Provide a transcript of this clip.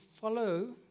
follow